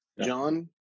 John